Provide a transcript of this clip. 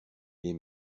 les